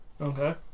Okay